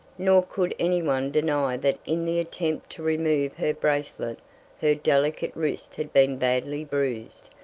nor could any one deny that in the attempt to remove her bracelet her delicate wrist had been badly bruised.